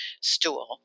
stool